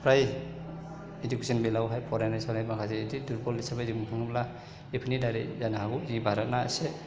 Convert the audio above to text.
फ्राय education बेलायावहाय फरायनाय सरायनाय माखासे बेदि पलिसिखौ जों बुङोब्ला बेफोरनि दारै जानो हागौ बेयो भारतना इसे